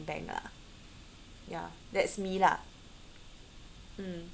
bank lah ya that's me lah mm